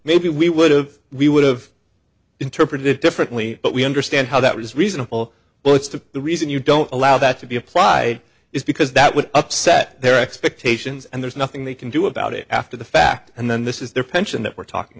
maybe we would've we would've interpreted it differently but we understand how that was reasonable but it's to the reason you don't allow that to be applied is because that would upset their expectations and there's nothing they can do about it after the fact and then this is their pension that we're talking